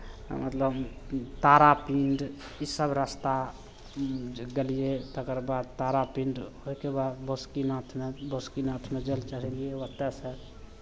मतलब तारापीठ ईसभ रास्ता गेलियै तकरबाद तारापीठ ओहिके बाद बासुकिनाथमे बासुकिनाथमे जल चढ़ेलियै ओतयसँ